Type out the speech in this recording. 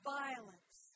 violence